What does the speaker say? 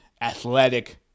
athletic